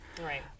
right